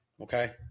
Okay